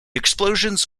explosions